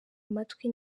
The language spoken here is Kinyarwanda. amatwi